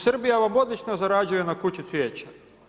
Srbija vam odlično zarađuje na kući cvijeća.